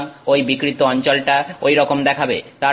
সুতরাং ঐ বিকৃত অঞ্চলটা ঐরকম দেখাবে